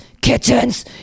kittens